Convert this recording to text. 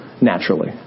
naturally